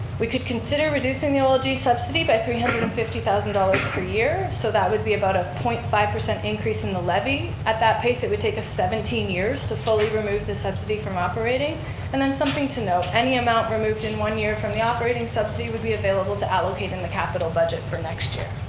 we could consider reducing the olg subsidy by three hundred and fifty thousand dollars per year so that would be about a point five increase in the levy. at that pace, it would take us seventeen years to fully remove the subsidy from operating and then something to note, any amount removed in one year from the operating subsidy would be available to allocate in the capital budget for next year.